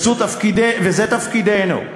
וזה תפקידנו.